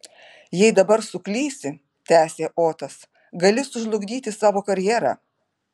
jei dabar suklysi tęsė otas gali sužlugdyti savo karjerą